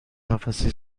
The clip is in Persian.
قفسه